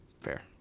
Fair